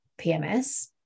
PMS